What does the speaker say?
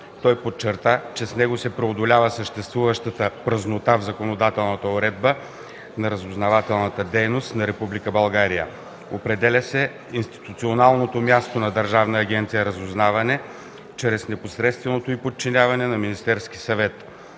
Той подчерта, че с него се преодолява съществуваща празнота в законодателната уредба на разузнавателната дейност на Република България. Определя се институционалното място на Държавната агенция „Разузнаване” чрез непосредственото й подчиняване на Министерския съвет.